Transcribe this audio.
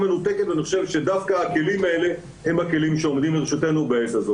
אבל כן חושבים שיש מקום להטיל חובה של הטלת אבטחה.